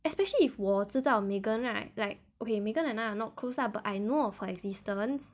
especially if 我知道 megan right like okay megan and I are not close lah but I know of her existence